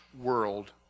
world